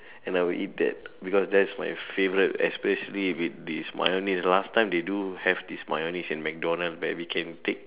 and I would eat that because that is my favourite especially if it is mayonnaise last time they do have this mayonnaise in McDonalds where we can take